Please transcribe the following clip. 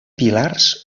pilars